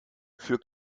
für